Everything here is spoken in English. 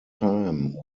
time